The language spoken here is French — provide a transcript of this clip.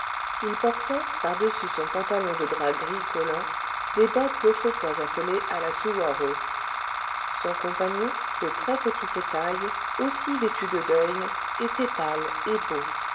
il portait par-dessus son pantalon de drap gris collant des bottes autrefois appelées à la suwarow son compagnon de très-petite taille aussi vêtu de deuil était pâle et beau